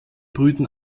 brüten